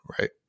right